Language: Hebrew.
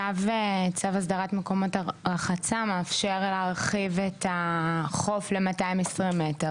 צו הסדרת מקומות רחצה מאפשר להרחיב את החוף ל-220 מטר,